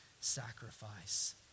sacrifice